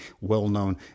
well-known